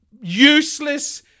useless